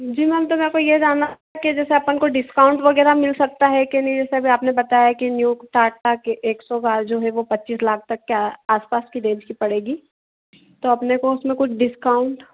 जी ma'am तो मेरे को ये जानना कि जैसे अपन को डिस्काउंट वगेरह मिल सकता है कि नहीं जैसा कि अभी आपने बताया की न्यू टाटा की एक्सो कार है जो की पच्चीस लाख तक के आस पास की रेंज की पड़ेगी तो अपने को उसमे से कुछ डिस्काउंट